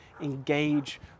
engage